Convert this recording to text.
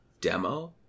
demo